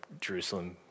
Jerusalem